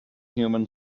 human